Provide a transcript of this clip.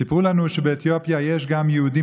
סיפרו לנו שבאתיופיה יש גם יהודים